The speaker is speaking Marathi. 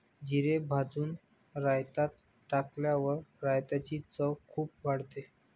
जिरे भाजून रायतात टाकल्यावर रायताची चव खूप वाढते